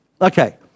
Okay